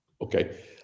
Okay